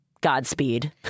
Godspeed